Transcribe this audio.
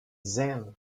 zen